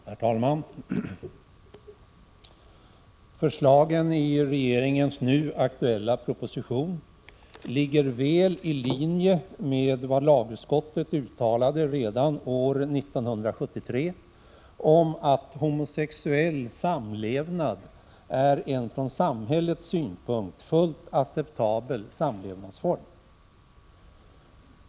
Herr talman! Förslagen i regeringens nu aktuella proposition ligger väl i linje med lagutskottets uttalande år 1973 att homosexuell samlevnad är en från samhällets synpunkt fullt acceptabel samlevnadsform.